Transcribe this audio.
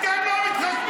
אתם לא מתחשבים.